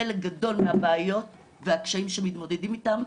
חלק גדול מהבעיות והקשיים שמתמודדים איתם,